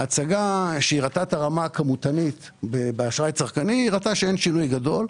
ההצגה שהראתה את הרמה הכמותנית באשראי צרכני הראתה שאין שינוי גדול.